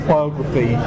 biography